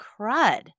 crud